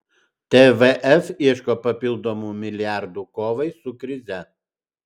tvf ieško papildomų milijardų kovai su krize